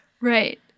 Right